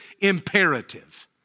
imperative